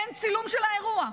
אין צילום של האירוע.